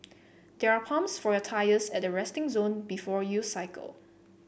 there are pumps for your tyres at the resting zone before you cycle